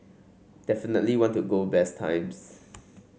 definitely want to go best times